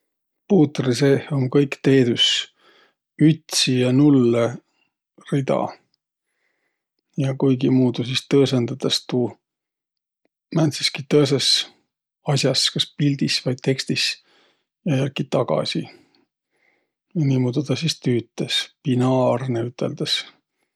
Puutri seeh um kõik teedüs. Ütsi ja nullõ rida. Ja kuigimuudu sis tõõsõndõdas tuu määntseski tõõsõs as'as, kas pildis vai tekstis ja jälki tagasi. Niimuudu taa sis tüütäs. Binaarnõ üteldäs.